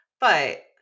But-